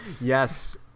Yes